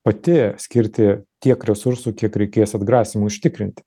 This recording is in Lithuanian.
pati skirti tiek resursų kiek reikės atgrasymui užtikrinti